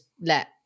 let